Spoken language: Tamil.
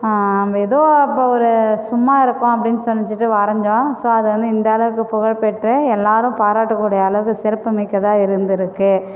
அங்கே எதோ அப்போ ஒரு சும்மா இருக்கோம் அப்படின்னு செஞ்சுட்டு வரைஞ்சா ஸோ அது வந்து இந்த அளவுக்கு புகழ்பெற்று எல்லோரும் பாராட்டக்கூடிய அளவுக்கு சிறப்புமிக்கதாக இருந்துருக்குது